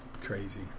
crazy